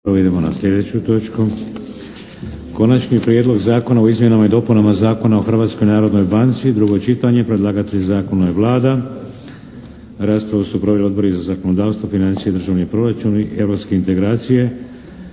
Idemo na slijedeću točku. - Konačni prijedlog zakona o izmjenama i dopunama Zakona o Hrvatskoj narodnoj banci, drugo čitanje, P.Z.E. br. 521 Predlagatelj zakona je Vlada. Raspravu su proveli odbori za zakonodavstvo, financije i državni proračun, i europske integracije.